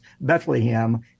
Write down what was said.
Bethlehem